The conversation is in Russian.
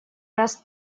раз